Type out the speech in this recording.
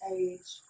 age